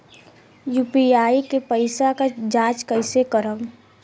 UPI के पैसा क जांच कइसे करब?